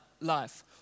life